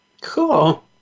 Cool